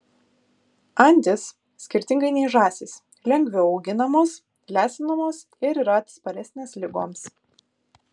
antys skirtingai nei žąsys lengviau auginamos lesinamos ir yra atsparesnės ligoms